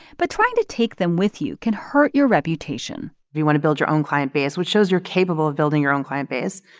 but trying to take them with you can hurt your reputation you want to build your own client base, which shows you're capable of building your own client base.